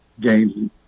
games